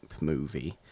movie